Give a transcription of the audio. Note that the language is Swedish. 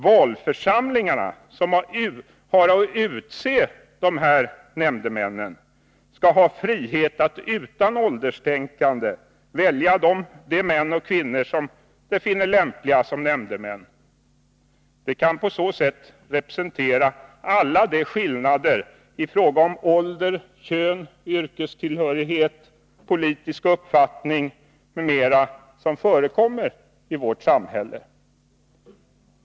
Valförsamlingarna — som har att utse nämndemän — skall ha frihet att utan ålderstänkande välja de män och kvinnor som de finner lämpliga som nämndemän. De kan på så sätt representera alla de skillnader i fråga om ålder, kön, yrkestillhörighet, politisk uppfattning m.m. som förekommer i vårt samhälle.